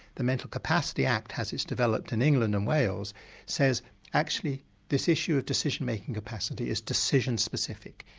the mental capacity act as it's developed in england and wales says actually this issue of decision making capacity is decision specific.